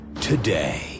today